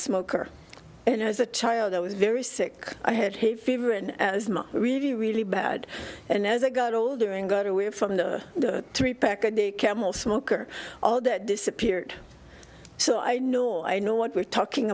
smoker and as a child i was very sick i had hay fever and really really bad and as i got older and got away from it a three pack a day camel smoker all that disappeared so i know i know what we're talking